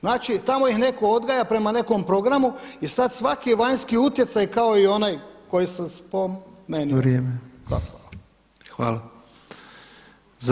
Znači tamo ih netko odgaja prema nekom programu i sada svaki vanjski utjecaj kao i onaj koji sam spomenuo [[Upadica predsjednik: Vrijeme.]] Gotovo.